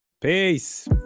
Peace